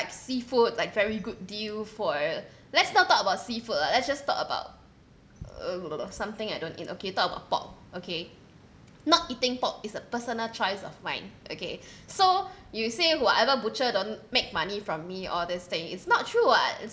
seafood like very good deal for let's not talk about seafood lah let's just talk about something I don't eat okay talk about pork okay not eating pork is a personal choice of mine okay so you say whatever butcher don't make money from me all this thing it's not true [what]